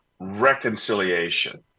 reconciliation